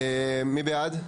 מי בעד?